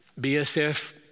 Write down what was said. BSF